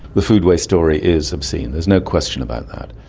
the food waste story is obscene, there's no question about that.